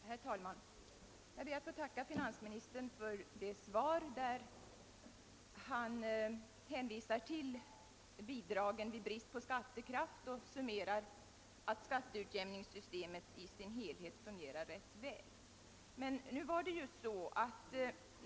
Herr talman! Jag ber att få tacka finansministern för svaret på min fråga. Han hänvisar där till de bidrag som utgår vid bristande skattekraft och summerar att skatteutjämningssystemet i sin helhet fungerar rätt väl.